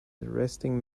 resting